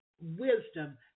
wisdom